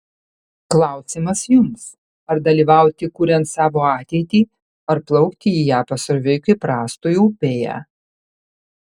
klausimas jums ar dalyvauti kuriant savo ateitį ar plaukti į ją pasroviui kaip rąstui upėje